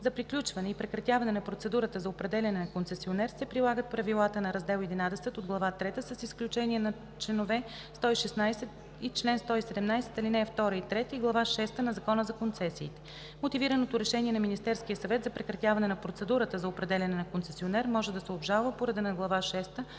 За приключване и прекратяване на процедурата за определяне на концесионер се прилагат правилата на раздел XI от глава трета, с изключение на чл. 116 и чл. 117, ал. 2 и 3, и глава шеста на Закона за концесиите. Мотивираното решение на Министерския съвет за прекратяване на процедурата за определяне на концесионер може да се обжалва по реда на глава